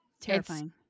Terrifying